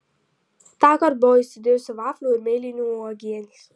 tąkart buvau įsidėjusi vaflių ir mėlynių uogienės